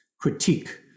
critique